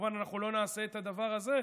וכמובן אנחנו לא נעשה את הדבר הזה,